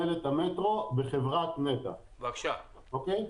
אני מאיר שמרה,